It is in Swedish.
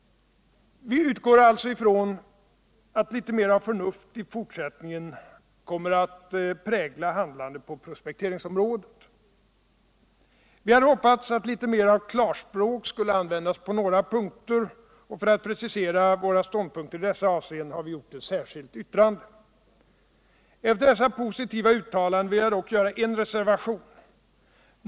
Vi utgår alltså från att litet mer av förnuft i fortsättningen kommer att prägla handlandet på prospekteringsområdet. Vi hade hoppats att litet mer av klarspråk skulle använts på några punkter. För att precisera våra ståndpunkter i dessa avseenden har vi avgivil et särskilt yttrande. Ffier dessa positiva uttalanden vill jag dock göra en reservation.